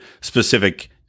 specific